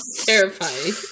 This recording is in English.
Terrifying